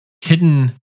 hidden